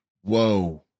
Whoa